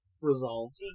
resolved